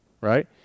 right